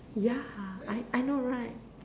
yeah I I know right